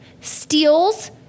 steals